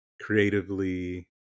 Creatively